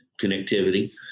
connectivity